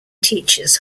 teachers